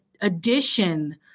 addition